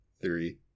three